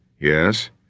Yes